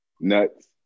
Nuts